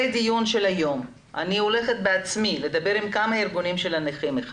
הדיון של היום אני הולכת לדבר בעצמי עם ארגוני הנכים.